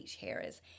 harris